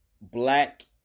black